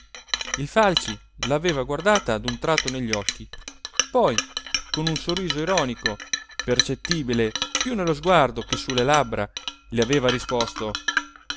il falci l'aveva guardata un tratto negli occhi poi con un sorriso ironico percettibile più nello sguardo che sulle labbra le aveva risposto